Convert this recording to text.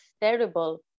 terrible